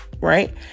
Right